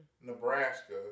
Nebraska